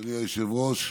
אדוני היושב-ראש,